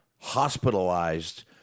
hospitalized